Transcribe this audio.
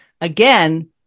again